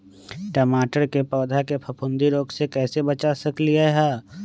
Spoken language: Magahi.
टमाटर के पौधा के फफूंदी रोग से कैसे बचा सकलियै ह?